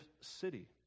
city